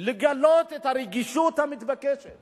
לגלות את הרגישות המתבקשת